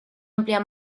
amplia